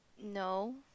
No